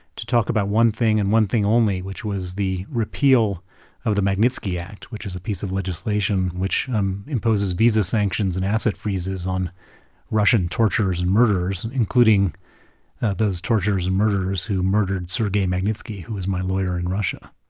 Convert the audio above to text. to talk about one thing and one thing only, which was the repeal of the magnitsky act, which is a piece of legislation which um imposes visa sanctions and asset freezes on russian torturers and murderers, including those torturers and murderers who murdered sergei magnitsky, who was my lawyer in russia